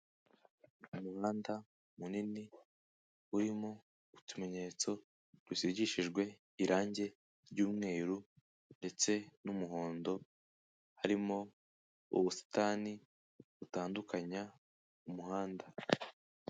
Umuhanda munini urimo utumenyetso dusigishijwe irangi ry'umweru ndetse n'umuhondo harimo ubusitani butandukanya umuhanda.